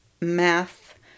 math